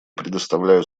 предоставляю